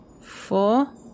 four